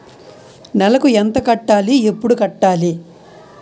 నెలకు ఎంత కట్టాలి? ఎప్పుడు కట్టాలి?